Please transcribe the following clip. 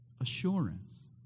assurance